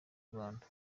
rwanda